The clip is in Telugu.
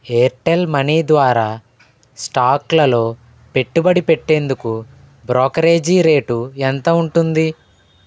ఎయిర్టెల్ మనీ ద్వారా స్టాక్లలో పెట్టుబడి పెట్టేందుకు బ్రోకరేజీ రేటు ఎంత ఉంటుంది